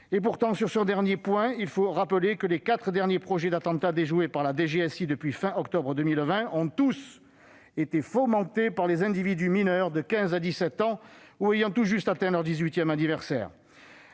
Pourtant, sur ce dernier point, il faut rappeler que les quatre derniers projets d'attentats déjoués par la DGSI depuis la fin octobre 2000 ont tous été fomentés par des individus mineurs de 15 à 17 ans ou ayant tout juste atteint leur dix-huitième anniversaire.